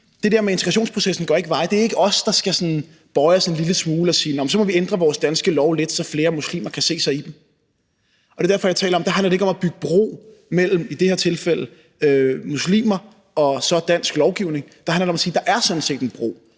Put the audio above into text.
det der med integrationsprocessen er det ikke os, der sådan skal bøje os en lille smule og sige, at så må vi ændre vores danske lov lidt, så flere muslimer kan se sig i den. Det er derfor, jeg taler om, at der handler det ikke om at bygge bro mellem i det her tilfælde muslimer og dansk lovgivning. Der handler det om at sige, at der sådan set er en bro.